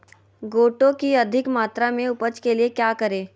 गोटो की अधिक मात्रा में उपज के लिए क्या करें?